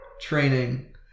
Training